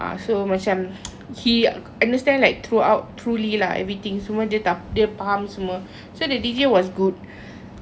ha so macam he understand like throughout truly lah everything semua dia faham semua so the D_J was good